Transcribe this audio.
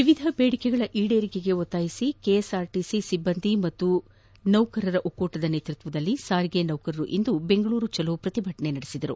ವಿವಿಧ ಬೇಡಿಕೆಗಳ ಈಡೇರಿಕೆಗೆ ಒತ್ತಾಯಿಸಿ ಕೆಎಸ್ಆರ್ಟು ಸಿಬ್ಬಂದಿ ಮತ್ತು ಕೆಲಸಗಾರರ ಒಕ್ಕೂಟದ ನೇತೃತ್ವದಲ್ಲಿ ಸಾರಿಗೆ ನೌಕರು ಇಂದು ಬೆಂಗಳೂರು ಚಲೋ ಪ್ರತಿಭಟನೆ ನಡೆಸಿದರು